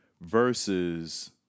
versus